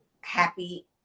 happy